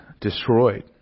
destroyed